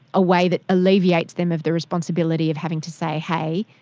a way that alleviates them of the responsibility of having to say, hey,